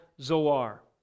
Zoar